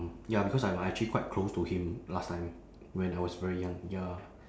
ya because I'm actually quite close to him last time when I was very young ya